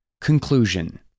Conclusion